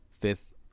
fifth